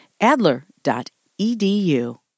Adler.edu